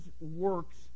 works